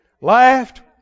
laughed